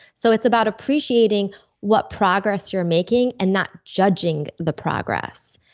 so it's about appreciating what progress you're making and not judging the progress.